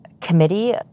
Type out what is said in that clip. committee